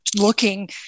looking